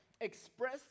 express